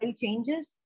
changes